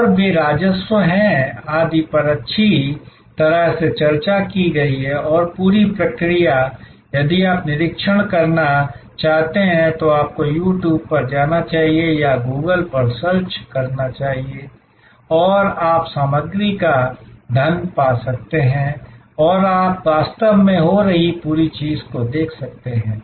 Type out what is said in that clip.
और वे राजस्व हैं आदि पर अच्छी तरह से चर्चा की गई है और पूरी प्रक्रिया यदि आप निरीक्षण करना चाहते हैं तो आपको You Tube पर जाना चाहिए या Google पर जाना चाहिए और आप सामग्री का धन पा सकते हैं और आप वास्तव में हो रही पूरी चीज़ को देख सकते हैं